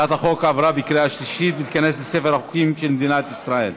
הצעת החוק עברה בקריאה שלישית ותיכנס לספר החוקים של מדינת ישראל.